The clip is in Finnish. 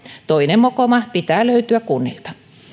toinen mokoma pitää löytyä kunnilta